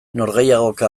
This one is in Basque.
norgehiagoka